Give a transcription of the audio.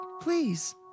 please